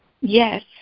yes